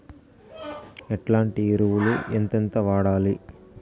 ఎట్లాంటి ఎరువులు ఎంతెంత వాడాలి?